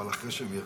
אבל אחרי שהם יחזרו.